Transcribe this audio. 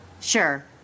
Sure